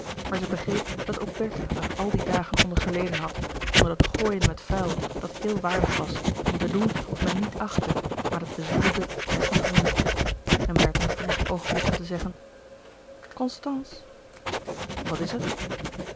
maar zij begreep dat ook bertha er al die dagen onder geleden had onder dat louis couperus de boeken der kleine zielen gooien met vuil dat heel waardig was om te doen of men niet achtte maar dat bezoedelde desniettemin en bertha vond nog een oogenblik om te zeggen constance wat is er